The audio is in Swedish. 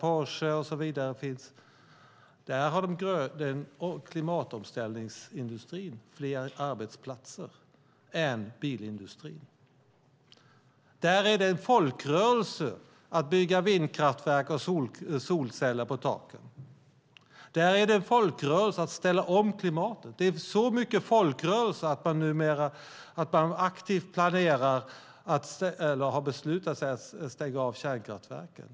Men där finns det fler arbetsplatser i klimatomställningsindustrin än i bilindustrin. Där är det en folkrörelse att bygga vindkraftverk och solceller på taken. Där är det en folkrörelse att ställa om klimatet. Det är så mycket folkrörelse att man aktivt har beslutat sig för att stänga av kärnkraftverken.